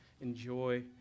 enjoy